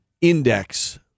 index